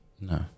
No